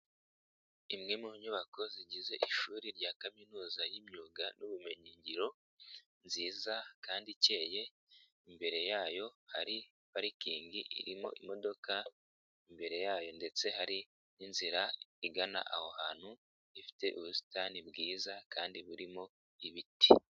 Imwe mu nyubako zigize ishuri rya kaminuza y'imyuga n'ubumenyingiro, nziza kandi ikeye, imbere yayo hari parikingi irimo imodoka, imbere yayo ndetse hari n'inzira igana aho hantu, ifite ubusitani bwiza kandi burimo ibiti.